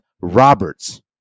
Roberts